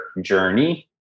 journey